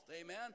Amen